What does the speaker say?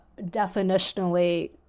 definitionally